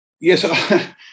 Yes